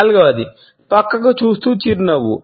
నాలుగవది పక్కకి చూస్తూ చిరునవ్వు